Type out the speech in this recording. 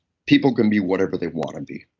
people can be whatever they wanna be.